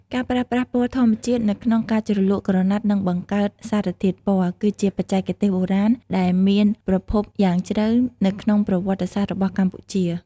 ការប្រើប្រាស់ពណ៌ធម្មជាតិនៅក្នុងការជ្រលក់ក្រណាត់ និងបង្កើតសារធាតុពណ៌ គឺជាបច្ចេកទេសបុរាណដែលមានប្រភពយ៉ាងជ្រៅនៅក្នុងប្រវត្តិសាស្ត្ររបស់កម្ពុជា។